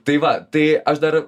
tai va tai aš dar